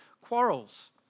quarrels